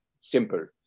simple